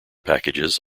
packages